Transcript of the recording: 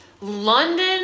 London